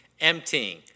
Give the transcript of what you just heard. emptying